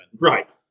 Right